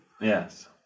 Yes